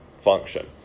function